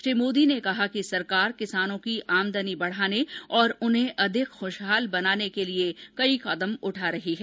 श्री मोदो ने कहा कि सरकार किसानों की आमदनी बढाने और उन्हें अधिक ख्रशहाल बनाने के लिए कई कदम उठा रही है